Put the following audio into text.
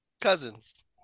Cousins